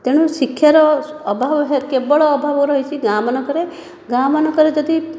ତେଣୁ ଶିକ୍ଷାର ଅଭାବ କେବଳ ଅଭାବ ରହିଛି ଗାଁ ମାନଙ୍କରେ ଗାଁମାନଙ୍କରେ ଯଦି